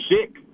sick